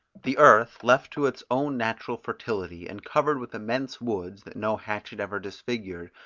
the earth left to its own natural fertility and covered with immense woods, that no hatchet ever disfigured,